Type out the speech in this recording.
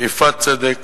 איפת צדק,